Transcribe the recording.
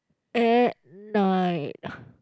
at night